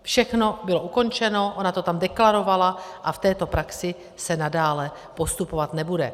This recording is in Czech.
Všechno bylo ukončeno, ona to tam deklarovala a v této praxi se nadále postupovat nebude.